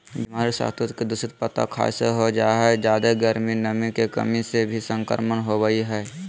बीमारी सहतूत के दूषित पत्ता खाय से हो जा हई जादे गर्मी, नमी के कमी से भी संक्रमण होवई हई